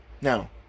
Now